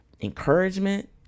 encouragement